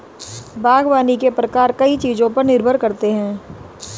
बागवानी के प्रकार कई चीजों पर निर्भर करते है